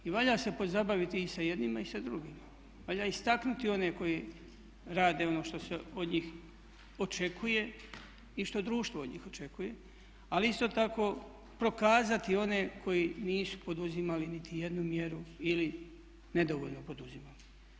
I valja se pozabaviti i sa jednima i sa drugima, valja istaknuti one koji rade ono što se od njih očekuje i što društvo od njih očekuje, ali isto tako prokazati one koji nisu poduzimali nitijednu mjeru ili nedovoljno poduzimali.